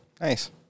nice